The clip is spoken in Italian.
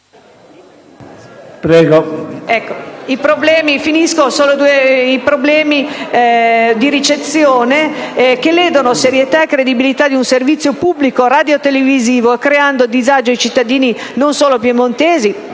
i problemi di ricezione, che ledono la serietà e la credibilità del servizio pubblico radiotelevisivo, creando disagi ai cittadini non solo piemontesi